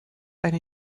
eine